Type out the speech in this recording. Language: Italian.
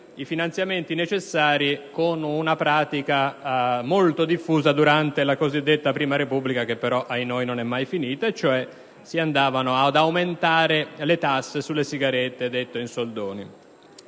i finanziamenti necessari con una pratica diffusa durante la cosiddetta prima Repubblica (che, però, ahinoi, non è mai finita): si andavano cioè ad aumentare le tasse sulle sigarette, detta in soldoni.